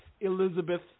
Elizabeth